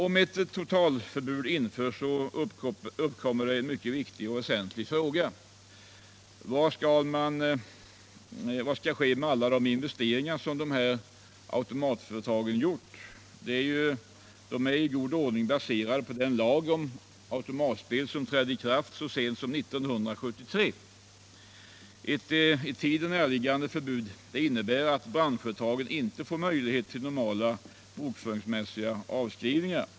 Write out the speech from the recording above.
Om ett totalförbud införs, uppkommer en mycket viktig fråga: Vad skall ske med alla de investeringar som automatföretagen har gjort? Dessa investeringar är ju i god ordning baserade på den lag om automatspel som trädde i kraft så sent som 1973. Ett i tiden näraliggande förbud innebär att branschföretagen inte får möjligheter till normala bokföringsmässiga avskrivningar.